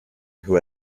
who